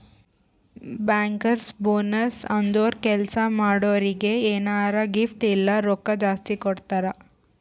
bankers bonus ಅಂದುರ್ ಕೆಲ್ಸಾ ಮಾಡೋರಿಗ್ ಎನಾರೇ ಗಿಫ್ಟ್ ಇಲ್ಲ ರೊಕ್ಕಾ ಜಾಸ್ತಿ ಕೊಡ್ತಾರ್